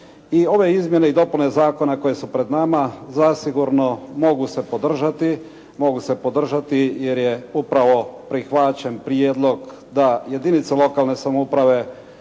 i ove izmjene i dopune zakona koje su pred nama zasigurno mogu se podržati, mogu se podržati jer je upravo prihvaćen prijedlog da jedinice lokalne samouprave